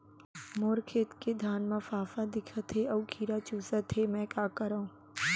मोर खेत के धान मा फ़ांफां दिखत हे अऊ कीरा चुसत हे मैं का करंव?